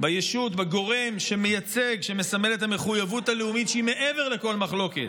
בגורם שמייצג ומסמל את המחויבות הלאומית שהיא מעבר לכל מחלוקת,